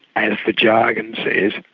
as the jargon says,